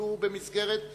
אפילו במסגרת הכנסת.